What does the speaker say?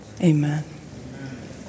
Amen